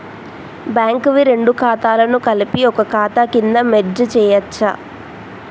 Bank వి రెండు ఖాతాలను కలిపి ఒక ఖాతా కింద మెర్జ్ చేయచ్చా?